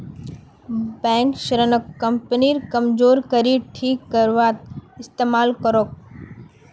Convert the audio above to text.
bank ऋणक कंपनीर कमजोर कड़ी ठीक करवात इस्तमाल करोक